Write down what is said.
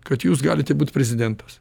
kad jūs galite būt prezidentas